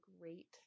great